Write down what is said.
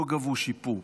לא גבו, שיפו.